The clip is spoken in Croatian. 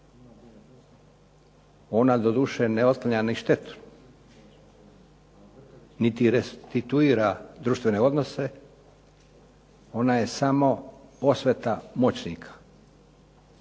Ona, doduše, ne otklanja ni štetu, niti restituira društvene odnose, ona je samo osveta moćnika.